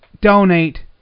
donate